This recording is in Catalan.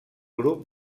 grup